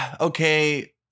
okay